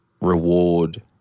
reward